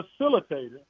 facilitator